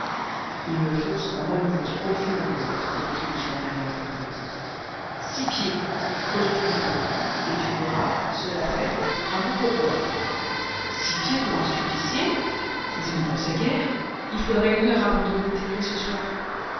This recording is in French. il me faut cependant une fosse profonde repris-je d'un air impérieux six pieds creuse toujours et tu auras cela fait un bon pour boire six pieds pour un supplicié vous n'y pensez guère il faudrait une heure avant de le déterrer ce soir